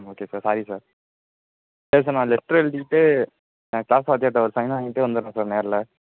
ம் okay sir sorry sir சரி sir நான் லெட்ரு எலுதிட்டு க்ளாஸ் வாத்தியார்கிட்ட ஒரு சைனு வாங்கிகிட்டு வந்துர்றேன் சார் நேரில